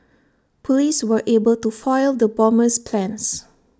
Police were able to foil the bomber's plans